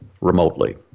remotely